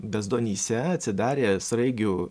bezdonyse atsidarė sraigių